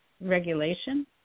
regulation